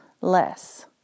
less